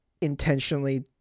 intentionally